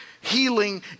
healing